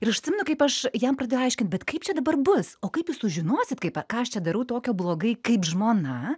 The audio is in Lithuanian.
ir aš atsimenu kaip aš jam pradėjau aiškint bet kaip čia dabar bus o kaip jūs sužinosit kaip ką aš čia darau tokio blogai kaip žmona